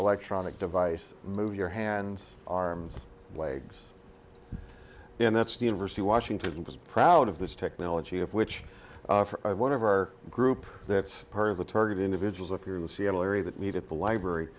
electronic device move your hands arms and legs and that's the university washington was proud of this technology of which one of our group that's part of the target individuals up here in the seattle area that meet at the library